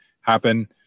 happen